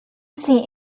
see